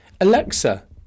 Alexa